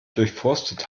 durchforstet